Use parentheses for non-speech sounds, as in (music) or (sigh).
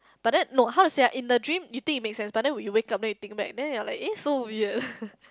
but then no how to say ah in the dream you think it makes sense but then when you wake up then you think back then you're like eh so weird (laughs)